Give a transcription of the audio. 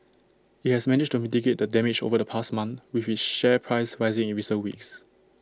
IT has managed to mitigate the damage over the past month with its share price rising in recent weeks